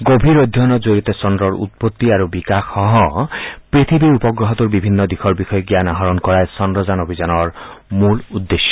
গভীৰ অধ্যয়নৰ জৰিয়তে চন্দ্ৰৰ উৎপত্তি আৰু বিকাশসহ পৃথিৱীৰ উপগ্ৰহটোৰ বিভিন্ন দিশৰ বিষয়ে জ্ঞান আহৰণ কৰাই চন্দ্ৰযান অভিযানৰ মূল উদ্দেশ্য